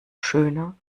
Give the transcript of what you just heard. schöner